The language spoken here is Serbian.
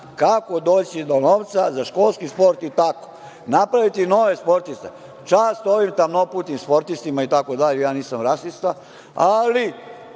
kako doći do novca za školski sport i napraviti nove sportiste. Čast ovim tamnoputim sportistima itd, ja nisam rasista, ali